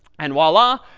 and voila,